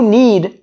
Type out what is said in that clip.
need